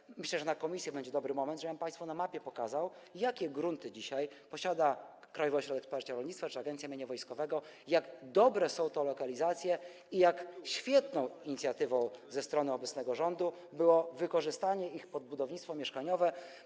Myślę, że na posiedzeniach komisji będzie dobry moment, żebym pokazał państwu na mapie, jakie grunty posiada dzisiaj Krajowy Ośrodek Wsparcia Rolnictwa czy Agencja Mienia Wojskowego, jak dobre są to lokalizacje i jak świetną inicjatywą ze strony obecnego rządu było wykorzystanie ich pod budownictwo mieszkaniowe.